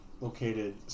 located